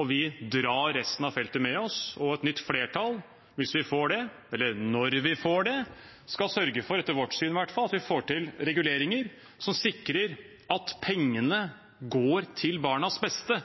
og vi drar resten av feltet med oss. Et nytt flertall, hvis vi får det – eller når vi får det – skal sørge for, i hvert fall etter vårt syn, at vi får til reguleringer som sikrer at pengene går til barnas beste